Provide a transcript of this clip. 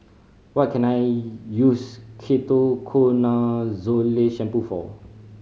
what can I use Ketoconazole Shampoo for